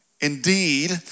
Indeed